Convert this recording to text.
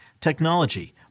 technology